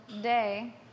day